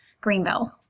Greenville